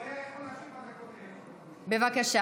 הוא היה יכול להשיב על זה, בבקשה.